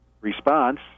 response